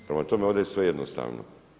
Prema tome, ovdje je sve jednostavno.